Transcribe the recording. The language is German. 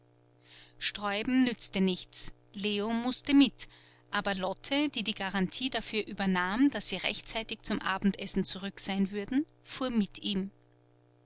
sträuben nützte nichts leo mußte mit aber lotte die die garantie dafür übernahm daß sie rechtzeitig zum abendessen zurück sein würden fuhr mit ihm